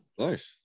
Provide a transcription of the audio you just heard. Nice